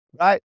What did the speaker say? right